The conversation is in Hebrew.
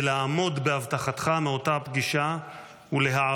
היום הגעת לכאן כדי לעמוד בהבטחתך מאותה הפגישה ולהעביר